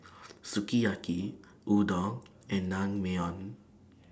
Sukiyaki Udon and Naengmyeon